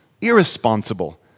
irresponsible